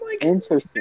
interesting